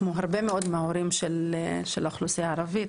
כמו הרבה מאוד מההורים של האוכלוסייה הערבית,